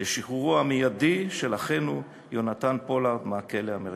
לשחרורו המיידי של אחינו יהונתן פולארד מהכלא האמריקני.